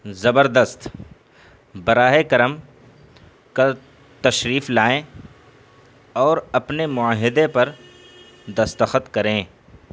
زبردست براہ کرم کل تشریف لائیں اور اپنے معاہدے پر دستخط کریں